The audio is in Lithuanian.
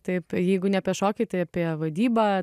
taip jeigu ne apie šokį tai apie vadybą